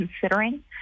considering